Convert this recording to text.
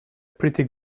pretty